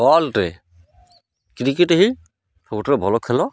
cricket ହିଁ ସବୁଠାରୁ ଭଲ ଖେଳ